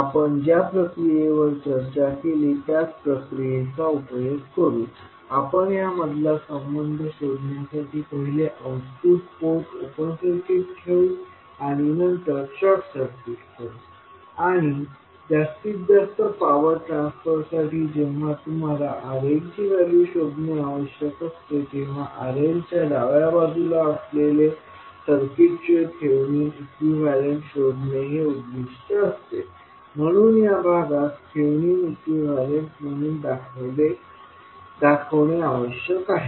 आपण ज्या प्रक्रियेवर चर्चा केली त्याच प्रक्रियेचा उपयोग करू आपण ह्या मधला संबंध शोधण्यासाठी पहिले आउटपुट पोर्ट ओपन सर्किट ठेवू आणि नंतर शॉर्ट सर्किट करू आणि जास्तीत जास्त पॉवर ट्रान्सफरसाठी जेव्हा तुम्हाला RLची व्हॅल्यू शोधणे आवश्यक असते तेव्हा RL च्या डाव्या बाजूला असलेले सर्किटचे थेव्हिनिन इक्विवलेंट शोधणे हे उद्दीष्ट असते म्हणून या भागास थेव्हिनिन इक्विवलेंट म्हणून दाखवणे आवश्यक आहे